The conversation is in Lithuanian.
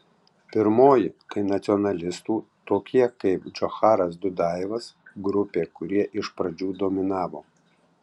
pirmoji tai nacionalistų tokie kaip džocharas dudajevas grupė kurie iš pradžių dominavo